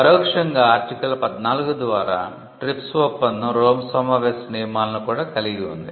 పరోక్షంగా ఆర్టికల్ 14 ద్వారా TRIPS ఒప్పందం రోమ్ సమావేశపు నియమాలను కూడా కలిగి ఉంది